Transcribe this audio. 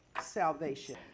salvation